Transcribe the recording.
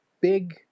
big